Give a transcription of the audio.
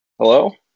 Hello